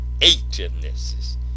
creativeness